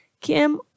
Kim